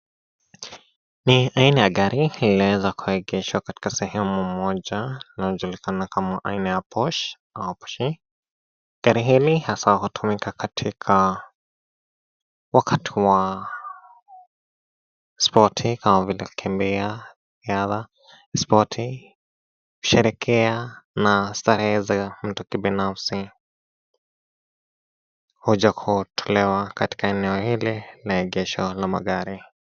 Ni haina ya gari lililowezakuekeshwa katika sehemu moja inayojulikana haina ya Porche au Porchii. Gari hili hasa hutumiwa kutumika katika wakati wa spoti au kukimbia riadha au spoti kusherekea na starehe za mtu kibinafsi huja kutolewa katika eneo hili la egesho ya magari.